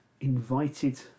invited